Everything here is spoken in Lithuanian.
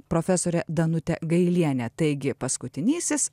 profesorė danutė gailienė taigi paskutinysis